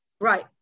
Right